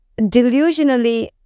delusionally